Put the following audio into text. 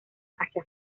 hacia